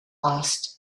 asked